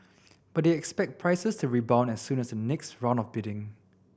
but they expect prices rebound as soon as the next round of bidding